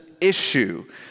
issue